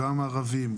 גם ערבים,